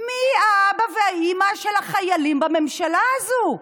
מי האבא והאימא של החיילים בממשלה הזו?